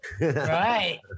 Right